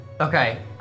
Okay